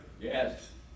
Yes